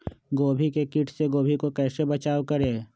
गोभी के किट से गोभी का कैसे बचाव करें?